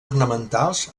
ornamentals